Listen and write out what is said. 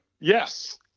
Yes